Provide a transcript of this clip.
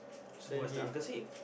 so what's the uncle say